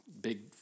big